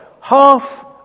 half